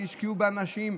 והשקיעו באנשים,